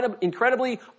incredibly